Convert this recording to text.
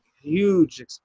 huge